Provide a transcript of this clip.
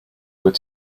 were